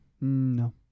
No